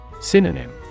Synonym